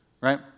right